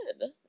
good